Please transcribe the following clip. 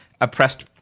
oppressed